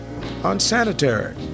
unsanitary